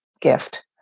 gift